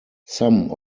some